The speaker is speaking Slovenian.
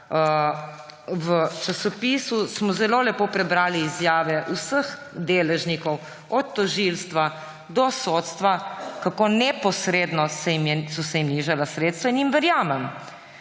v časopisu smo zelo lepo prebrali izjave vseh deležnikov, od tožilstva do sodstva, kako neposredno so se jim nižala sredstva, in jim verjamem.